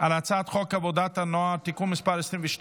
על הצעת חוק עבודת הנוער (תיקון מס' 22)